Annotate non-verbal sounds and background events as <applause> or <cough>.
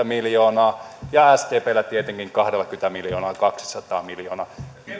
<unintelligible> miljoonaa ja sdpllä tietenkin kahdellakymmenellä miljoonalla kaksisataa miljoonaa